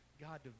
God